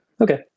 okay